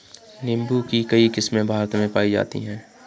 नीम्बू की कई किस्मे भारत में पाई जाती है